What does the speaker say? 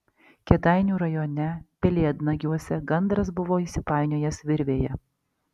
kėdainių rajone pelėdnagiuose gandras buvo įsipainiojęs virvėje